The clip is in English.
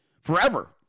forever